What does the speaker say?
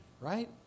right